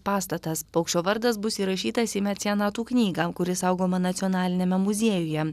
pastatas paukščio vardas bus įrašytas į mecenatų knygą kuri saugoma nacionaliniame muziejuje